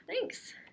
thanks